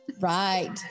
Right